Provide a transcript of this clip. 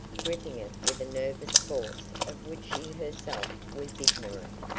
gripping it with a nervous force of which she herself was ignorant.